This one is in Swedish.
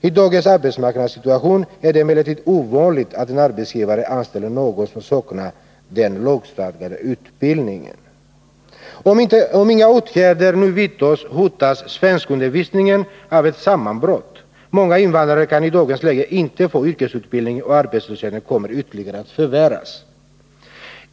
I dagens arbetsmarknadssituation är det emellertid ovanligt att en arbetsgivare anställer någon som saknar den lagstadgade utbildningen. ——- Om inga åtgärder nu vidtas hotas svenskundervisningen av ett sammanbrott. Många invandrare kan i dagens läge inte få yrkesutbildning och arbetslösheten kommer ytterligare att förvärras.